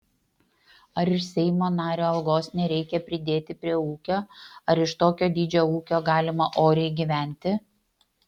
ar iš seimo nario algos nereikia pridėti prie ūkio ar iš tokio dydžio ūkio galima oriai gyventi